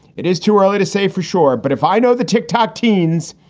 it is too early to say for sure, but if i know the tick tock teens,